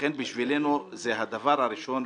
ולכן בשבילנו זה הדבר הראשון,